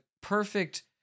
perfect